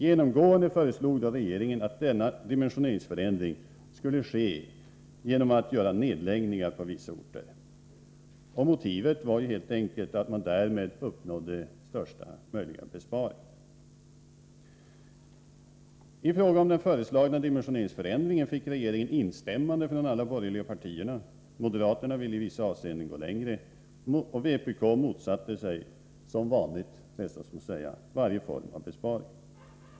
Genomgående föreslog regeringen att en dimensioneringsförändring skulle ske genom nedläggningar på vissa orter. Motivet var helt enkelt att man därigenom uppnådde största möjliga besparingar. I fråg. om den föreslagna dimensioneringsförändringen fick regeringen instämmande från alla de borgerliga partierna. Moderaterna ville i vissa avseenden gå längre. Vpk motsatte sig — som vanligt, frestas jag att säga — varje form av besparing.